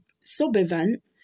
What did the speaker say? sub-event